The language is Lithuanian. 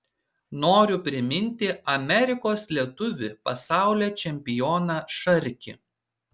noriu priminti amerikos lietuvį pasaulio čempioną šarkį